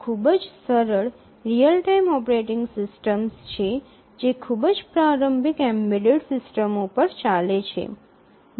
આ ખૂબ જ સરળ રીઅલ ટાઇમ ઓપરેટિંગ સિસ્ટમ છે જે ખૂબ જ પ્રારંભિક એમ્બેડેડ સિસ્ટમો પર ચાલે છે